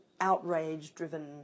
outrage-driven